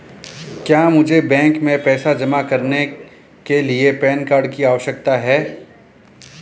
क्या मुझे बैंक में पैसा जमा करने के लिए पैन कार्ड की आवश्यकता है?